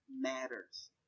matters